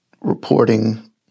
reporting